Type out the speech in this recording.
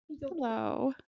Hello